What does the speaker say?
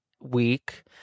week